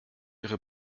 ihre